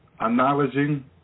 acknowledging